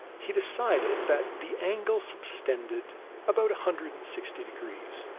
he decided that the angle subtended about a hundred and sixty degrees,